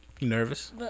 nervous